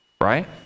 Right